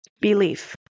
Belief